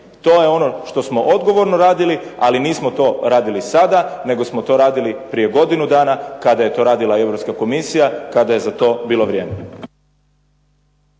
To je ono što smo odgovorno radili, ali nismo to radili sada nego smo to radili prije godinu dana kada je to radila Europska komisija, kada je za to bilo vrijeme.